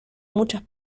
muchas